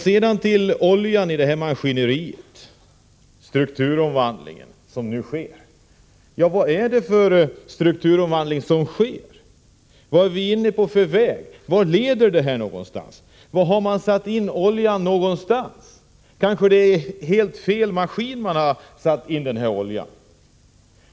Sedan till oljan i maskineriet — den strukturomvandling som nu sker. Vad är det för stukturomvandling som sker? Vad är vi inne på för väg? Vart leder den? Var någonstans har man satt in oljan? Kanske är det helt fel maskin man satt in oljan i?